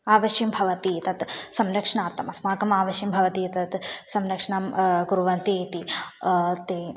आवश्यं भवति तत् संरक्षणार्थम् अस्माकम् आवश्यकं भवति तत् संरक्षणं कुर्वन्ति इति ते